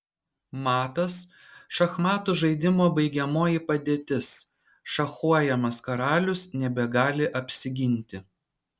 matas šachmatų žaidimo baigiamoji padėtis šachuojamas karalius nebegali apsiginti